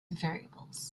variables